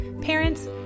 parents